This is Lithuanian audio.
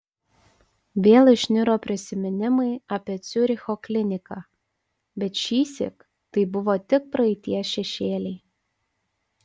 vėl išniro prisiminimai apie ciuricho kliniką bet šįsyk tai buvo tik praeities šešėliai